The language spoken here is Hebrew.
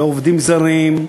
בעובדים זרים,